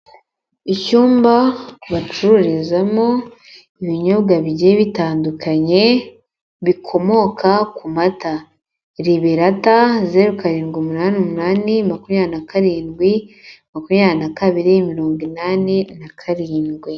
Icyumba bacururizamo ibinyomba bigiye bitandukanye bikomoka ku mata. Liberata: zeru karindwi umunani umunani, makumyabiri na karindwi, makunyabiri na kabiri, mirongo inani na karindwi.